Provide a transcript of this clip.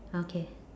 okay